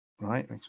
Right